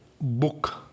book